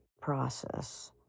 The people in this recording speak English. process